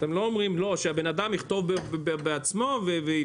אתם לא אומרים 'לא, שהבן אדם יכתוב בעצמו יפנה'.